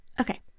Okay